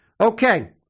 Okay